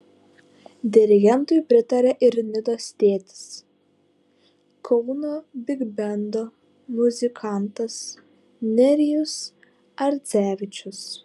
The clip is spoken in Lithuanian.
dirigentui pritarė ir nidos tėtis kauno bigbendo muzikantas nerijus ardzevičius